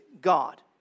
God